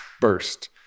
burst